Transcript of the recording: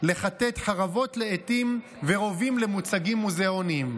לכתת חרבות לאיתים ורובים למוצגים מוזיאוניים.